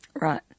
Right